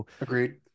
Agreed